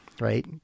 right